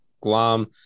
glom